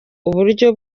uburyo